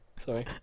sorry